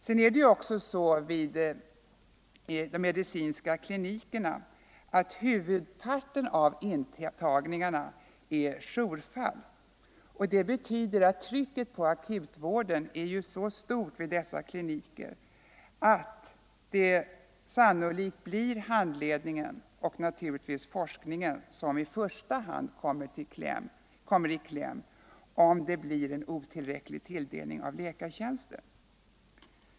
Huvudparten av intagningarna vid medicinska kliniker är jourfall, vilket betyder att trycket på akutvården är så stort vid dessa kliniker att det sannolikt blir handledningen och naturligtvis forskningen som i första hand kommer i kläm, om tilldelningen av läkartjänster blir otillräcklig.